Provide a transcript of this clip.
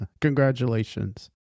Congratulations